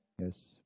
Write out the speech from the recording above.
Yes